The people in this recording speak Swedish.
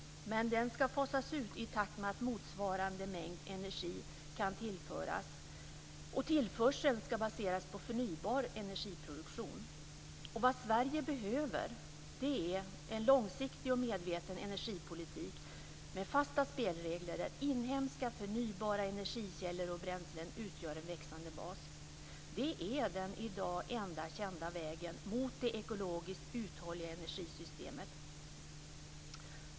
Men den ska fasas ut i takt med att motsvarande mängd energi kan tillföras, och tillförseln ska baseras på förnybar energiproduktion. Sverige behöver en långsiktig och medveten energipolitik med fasta spelregler, där inhemska förnybara energikällor och bränslen utgör en växande bas. Det är den i dag enda kända vägen mot det ekologiskt uthålliga energisystemet.